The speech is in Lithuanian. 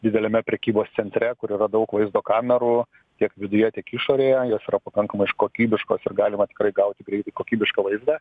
dideliame prekybos centre kur yra daug vaizdo kamerų tiek viduje tiek išorėje jos pakankamai š kokybiškos ir galima gauti greitai kokybišką vaizdą